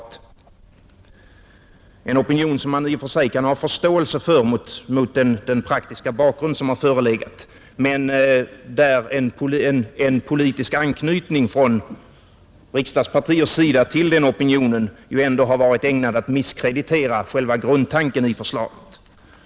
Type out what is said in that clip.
Det är en opinion som man i och för sig kan ha förståelse för mot den praktiska bakgrund som har förelegat, men där en politisk anknytning från riksdagspartiers sida till den opinionen ändå har varit ägnad att misskreditera själva grundtanken i förslaget.